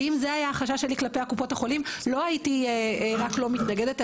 ואם זה היה החשש שלי כלפי קופות החולים לא הייתי רק לא מתנגדת,